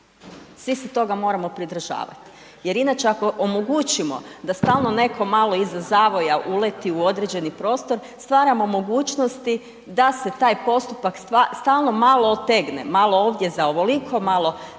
svi se toga moramo pridržavati. Jer inače ako omogućimo da stalno netko malo iza zavoja uleti u određeni prostor, stvaramo mogućnosti da se taj postupak stalno malo otegnem, malo ovdje za ovoliko, malo za